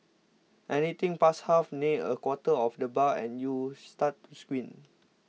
anything past half near a quarter of the bar and you start to squint